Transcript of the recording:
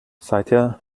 seither